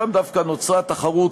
שם דווקא נוצרה תחרות